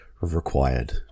required